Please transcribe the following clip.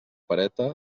pereta